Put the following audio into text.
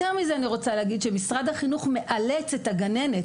יותר מזה אני רוצה להגיד שמשרד החינוך מאלץ את הגננת